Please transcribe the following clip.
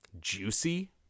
juicy